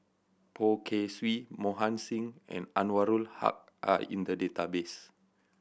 Poh Kay Swee Mohan Singh and Anwarul Haque are in the database